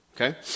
Okay